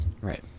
right